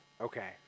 Okay